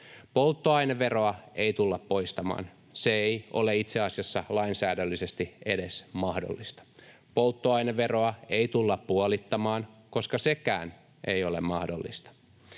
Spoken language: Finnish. Polttoaineveroa ei tulla poistamaan. Se ei ole itse asiassa lainsäädännöllisesti edes mahdollista. Polttoaineveroa ei tulla puolittamaan, koska sekään ei ole mahdollista.